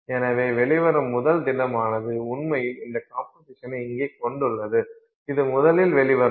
எனவே வெளிவரும் முதல் திடமானது உண்மையில் இந்த கம்போசிஷனை இங்கே கொண்டுள்ளது இது முதலில் வெளிவரும் திடத்தின் கம்போசிஷனாகும்